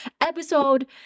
episode